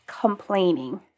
complaining